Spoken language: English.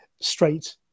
straight